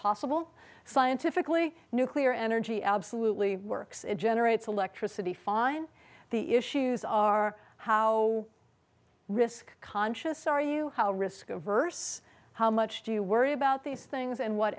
possible scientifically nuclear energy absolutely works it generates electricity fine the issues are how risk conscious are you how risk averse how much do you worry about these things and what